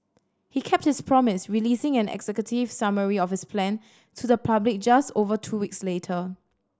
he kept his promise releasing an executive summary of his plan to the public just over two weeks later